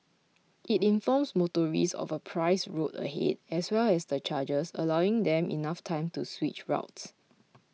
it informs motorists of a priced road ahead as well as the charges allowing them enough time to switch routes